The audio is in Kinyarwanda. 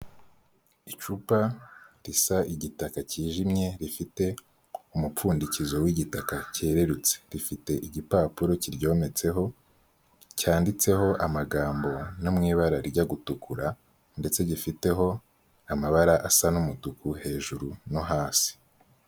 Icupa risa igitaka cyijimye, rifite umupfundikizo w'igitaka cyerurutse, rifite igipapuro kiryometseho cyanditseho amagambo no mu ibarajya gutukura, ndetse gifiteho amabara asa n'umutuku hejuru no hasi.